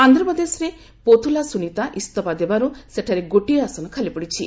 ଆନ୍ଧ୍ରପ୍ରଦେଶରେ ପୋଥୁଲା ସୁନିତା ଇସ୍ତଫା ଦେବାରୁ ସେଠାରେ ଗୋଟିଏ ଆସନ ଖାଲିପଡ଼ିଛି